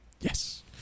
yes